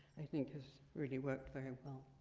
i think has really worked very well.